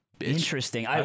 Interesting